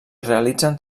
realitzen